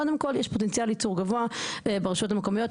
קודם כול יש פוטנציאל ייצור גבוה ברשויות המקומיות.